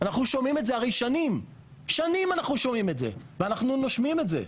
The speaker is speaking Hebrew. אנחנו שומעים את זה הרי שנים ואנחנו נושמים את זה.